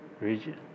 region